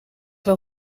wel